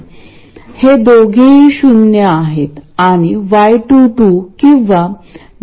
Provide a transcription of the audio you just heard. तर आपल्याला काही बिल्डिंग ब्लॉक्स माहित आहेत आणि सर्किट्स अधिक जटिल बनविण्यासाठी आपण ते बिल्डिंग ब्लॉक्स एकत्र ठेवले आहेत